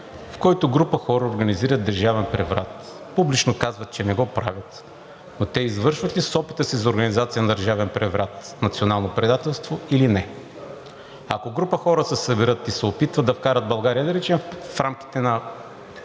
в който група хора организират държавен преврат, публично казват, че не го правят, но те извършват ли с опита си за организация на държавен преврат национално предателство или не? Ако група хора се съберат и се опитват да вкарат България, да речем, в рамките на